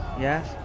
yes